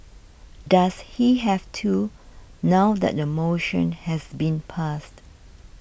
does he have to now that the motion has been passed